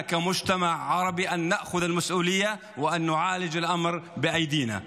לכן עלינו כחברה הערבית לשאת באחריות ולטפל בעניין במו ידינו.